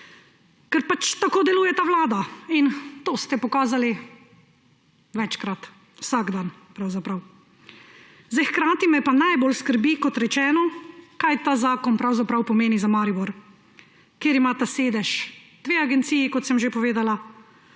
Ker pač tako deluje ta vlada in to ste pokazali večkrat, vsak dan pravzaprav. Hkrati me pa najbolj skrbi, kot rečeno, kaj ta zakon pravzaprav pomeni za Maribor, kjer imata sedež dve agenciji, kot sem že povedala,